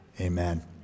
amen